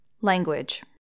language